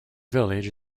village